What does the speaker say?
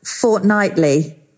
fortnightly